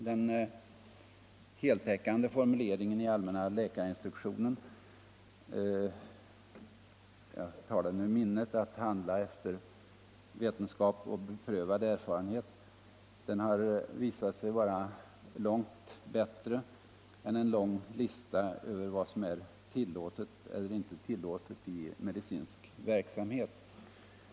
Den heltäckande formuleringen i allmänna läkarinstruktionen att handla efter vetenskap och beprövad erfarenhet har visat sig vara mycket bättre än en lång lista över vad som är tillåtet eller inte tillåtet i medicinsk verksamhet.